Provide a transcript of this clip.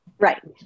Right